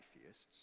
atheists